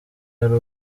hari